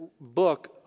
book